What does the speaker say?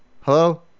Hello